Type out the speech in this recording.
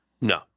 No